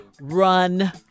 Run